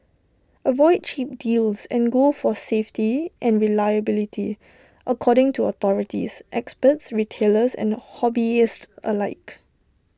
avoid cheap deals and go for safety and reliability according to authorities experts retailers and hobbyists alike